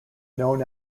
known